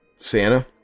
Santa